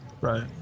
Right